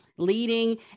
leading